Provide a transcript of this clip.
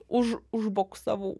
už užboksavau